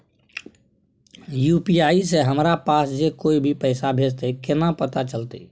UPI से हमरा पास जे कोय भी पैसा भेजतय केना पता चलते?